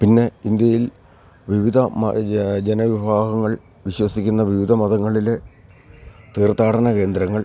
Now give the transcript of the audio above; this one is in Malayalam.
പിന്നെ ഇന്ത്യയിൽ വിവിധ ഒര് ജനവിഭാഗങ്ങൾ വിശ്വസിക്കുന്ന വിവിധ മതങ്ങളിലെ തീർത്ഥാടന കേന്ദ്രങ്ങൾ